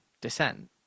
descent